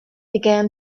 began